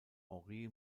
henri